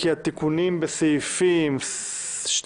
התיקונים בסעיפים 2,